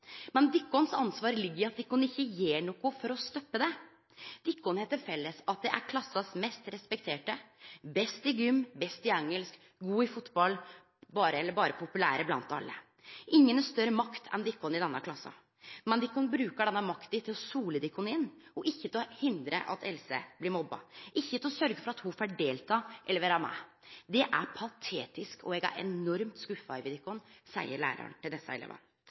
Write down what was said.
Men dykkar ansvar ligg i at de ikkje gjer noko for å stoppe det. De har det til felles at de er klassas mest respekterte: best i gym, best i engelsk, gode i fotball, eller berre populære blant alle. Ingen har større makt enn dykk i denne klassa. Men de bruker denne makta til å sole dykk i, ikkje til å hindre at Else blir mobba, og ikkje til å sørgje for at ho får delta, vere med. Det er patetisk, og eg er enormt skuffa over dykk», sa læraren til desse elevane.